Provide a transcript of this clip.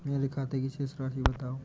मेरे खाते की शेष राशि बताओ?